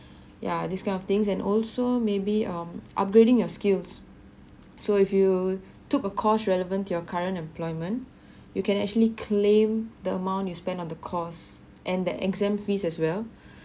ya this kind of things and also maybe um upgrading your skills so if you took a course relevant to your current employment you can actually claim the amount you spend on the course and that exam fees as well